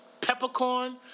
peppercorn